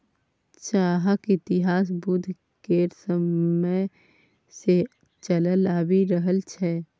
चाहक इतिहास बुद्ध केर समय सँ चलल आबि रहल छै